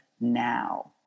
now